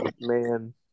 man